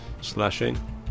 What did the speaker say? slashing